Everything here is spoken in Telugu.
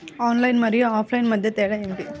ఆన్లైన్ మరియు ఆఫ్లైన్ మధ్య తేడా ఏమిటీ?